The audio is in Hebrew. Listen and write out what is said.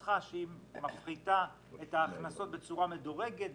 נוסח שמפחיתה את ההכנסות בצורה מדורגת,